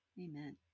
Amen